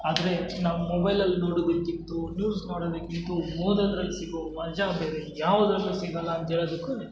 ಆದರೆ ನಾವು ಮೊಬೈಲಲ್ಲಿ ನೋಡೋದಕಿಂತ್ಲೂ ನ್ಯೂಸ್ ನೋಡೋದಕಿಂತ್ಲೂ ಓದೋದ್ರಲ್ಲಿ ಸಿಗೋ ಮಜಾ ಬೇರೆ ಯಾವುದ್ರಲ್ಲೂ ಸಿಗೋಲ್ಲ ಅಂತ ಹೇಳೋದಕ್ಕು